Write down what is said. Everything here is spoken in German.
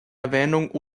erwähnung